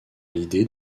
l’idée